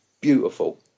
beautiful